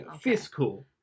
fiscal